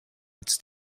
its